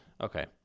Okay